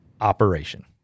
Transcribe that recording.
Operation